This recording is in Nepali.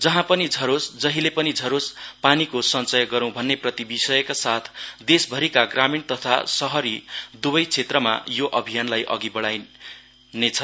जहाँ पनि झरोस जहिले पनि झरोस पानीको संचय गरौं भन्ने प्रतिविषयका साथ देश भरिका ग्रामिण तथा शहरी दुवै क्षेत्रमा यो अभियानलाई अघि बढाईनेछ